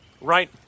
right